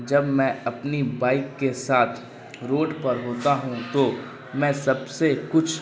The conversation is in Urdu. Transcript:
جب میں اپنی بائک کے ساتھ روڈ پر ہوتا ہوں تو میں سب سے کچھ